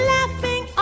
Laughing